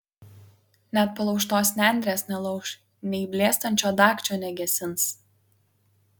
net palaužtos nendrės nelauš nei blėstančio dagčio negesins